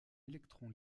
électron